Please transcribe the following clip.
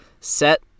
set